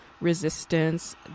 resistance